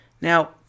Now